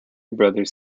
brothers